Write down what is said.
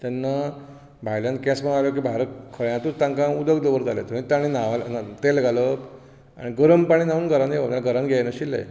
तेन्ना भायल्यान केंस मारलो की भायर खळ्यांतच तांकां उदक दवरताले थंयच तांणी न्हांवन तेल घालप आनी गरम पाणी न्हांवन घरांत येवप नाजाल्यार घरांत घे नाशिल्ले